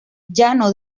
llano